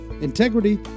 integrity